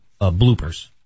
bloopers